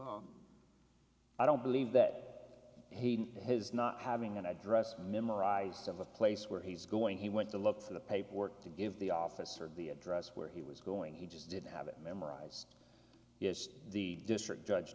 color i don't believe that he has not having an address memorized of a place where he's going he went to look for the paperwork to give the officer the address where he was going he just didn't have it memorized just the district judge